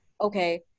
okay